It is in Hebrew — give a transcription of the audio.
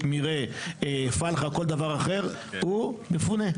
מרעה, פלחה, כל דבר אחר הוא מפונה.